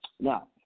Now